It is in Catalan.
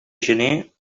gener